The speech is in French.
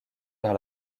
vers